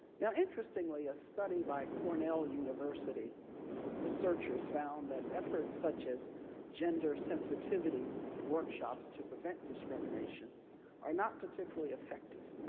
now, interestingly, a study by cornell university researchers found that efforts such as gender sensitivity workshops to prevent discrimination are not particularly effective,